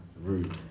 rude